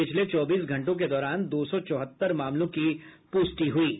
पिछले चौबीस घंटों के दौरान दो सौ चौहत्तर मामलों की पुष्टि हुई है